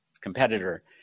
competitor